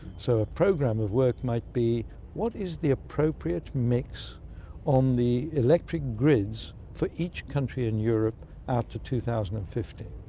so a program of work might be what is the appropriate mix on the electric grids for each country in europe after two thousand and fifty?